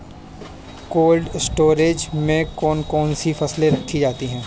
Cold storage में कौन कौन सी फसलें रखी जाती हैं?